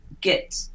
get